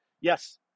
Yes